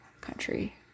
country